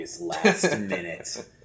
last-minute